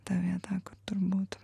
ta vieta kur turbūt